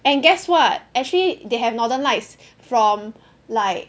and guess what actually they have northern lights from like